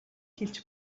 хэлж